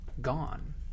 gone